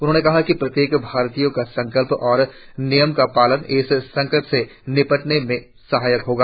उन्होंने कहा कि प्रत्येक भारतीय का संकल्प और नियम का पालन इस संकट से निपटने में सहायक होगा